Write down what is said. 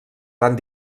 van